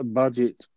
budget